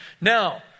Now